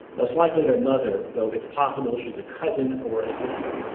most likely their mother, though it's possible she is a cousin or a sister